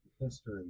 history